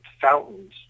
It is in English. fountains